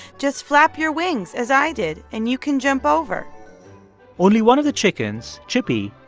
just flap your wings as i did, and you can jump over only one of the chickens, chippy,